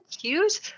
cute